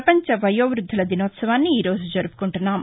వవంచ వయోవృద్దుల దినోత్సవాన్ని ఈ రోజు జరువుకుంటున్నాం